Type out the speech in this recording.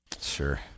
sure